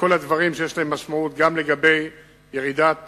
וכל הדברים שיש להם משמעות גם לגבי ירידת